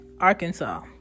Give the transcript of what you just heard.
Arkansas